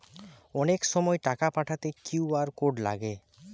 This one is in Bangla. অনেক সময় টাকা পাঠাতে কিউ.আর কোড লাগে